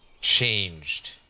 changed